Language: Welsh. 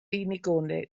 unigolyn